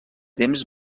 temps